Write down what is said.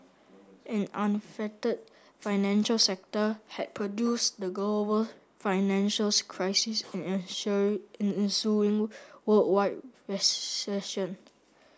an unfettered financial sector had produced the global financial crisis and ensuing ensuing worldwide recession